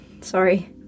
sorry